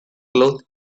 cloth